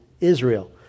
Israel